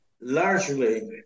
Largely